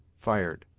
fired.